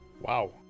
Wow